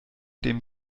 dem